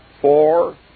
Four